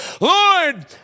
Lord